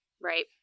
Right